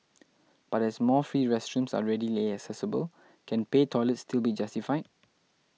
but as more free restrooms are readily accessible can pay toilets still be justified